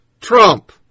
Trump